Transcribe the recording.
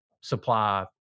supply